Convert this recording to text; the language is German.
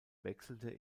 wechselte